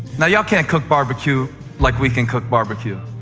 now, y'all can't cook barbecue like we can cook barbecue.